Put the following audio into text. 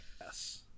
Yes